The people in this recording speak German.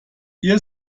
ihr